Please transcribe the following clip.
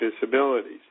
disabilities